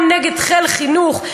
גם נגד חיל חינוך,